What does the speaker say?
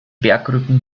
bergrücken